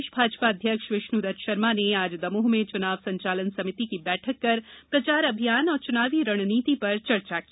प्रदेश भाजपा अध्यक्ष विष्णु दत्त शर्मा ने आज दमोह में चुनाव संचालन समिति की बैठक कर प्रचार अभियान और चुनावी रणनीति पर चर्चा की